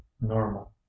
normal